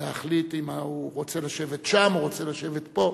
להחליט אם הוא רוצה לשבת שם או רוצה לשבת פה.